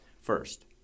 First